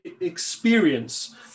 experience